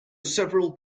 several